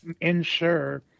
ensure